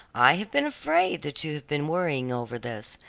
i have been afraid that you have been worrying over this.